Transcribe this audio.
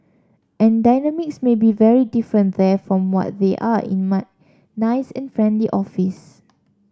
and dynamics may be very different there from what they are in my nice and friendly office